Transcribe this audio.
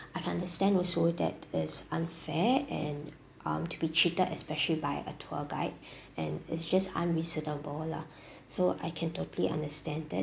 I understand also that is unfair and um to be cheated especially by a tour guide and it's just unreasonable lah so I can totally understand that